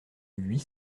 huit